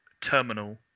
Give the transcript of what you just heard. terminal